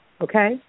Okay